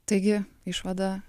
taigi išvada